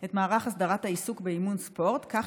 את מערך הסדרת העיסוק באימון ספורט כך